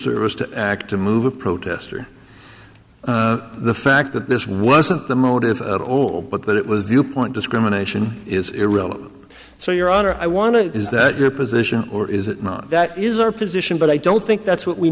service to act to move a protester the fact that this wasn't the motive at all but that it was viewpoint discrimination is irrelevant so your honor i want to is that your position or is it that is our position but i don't think that's what we